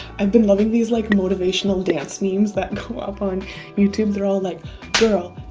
i've been loving these like, motivational dance memes that go up on youtube, they're all like